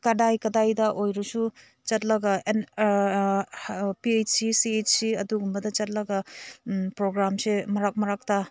ꯀꯗꯥꯏ ꯀꯗꯥꯏꯗ ꯑꯣꯏꯔꯁꯨ ꯆꯠꯂꯒ P H C C H C ꯑꯗꯨꯒꯨꯝꯕꯗ ꯆꯠꯂꯒ ꯄ꯭ꯔꯣꯒ꯭ꯔꯥꯝꯁꯦ ꯃꯔꯛ ꯃꯔꯛꯇ